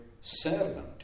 servant